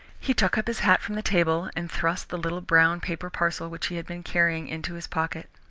he took up his hat from the table, and thrust the little brown paper parcel which he had been carrying, into his pocket.